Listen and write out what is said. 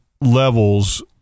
levels